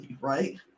Right